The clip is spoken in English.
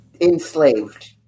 enslaved